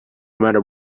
matter